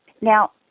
Now